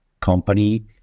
company